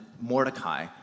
Mordecai